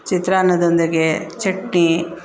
ಚಿತ್ರಾನ್ನದೊಂದಿಗೆ chutney